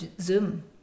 zoom